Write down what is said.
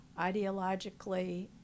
ideologically